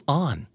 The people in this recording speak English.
on